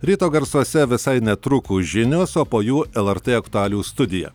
ryto garsuose visai netrukus žinios o po jų lrt aktualijų studija